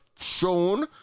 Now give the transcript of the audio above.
shown